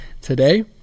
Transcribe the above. Today